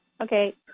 Okay